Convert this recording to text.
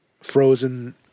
frozen